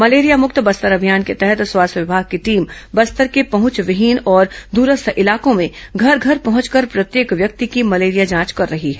malaria मुक्त बस्तर अभियान के तहत स्वास्थ्य विभाग की टीम बस्तर के पहुंचविहीन और दूरस्थ इलाकों में घर घर पहुंचकर प्रत्येक व्यक्ति की मलेरिया जांच कर रही है